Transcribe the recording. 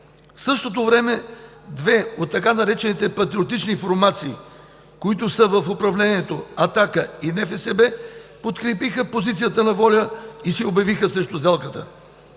същото време две от така наречените патриотични формации, които са в управлението – „Атака“ и НФСБ, подкрепиха позицията на ВОЛЯ и се обявиха срещу сделката.